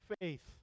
faith